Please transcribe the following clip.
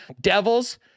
devils